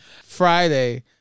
Friday